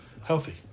Healthy